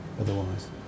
otherwise